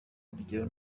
urugero